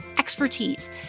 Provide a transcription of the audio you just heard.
Expertise